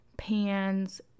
pans